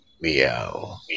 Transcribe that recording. Meow